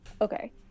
Okay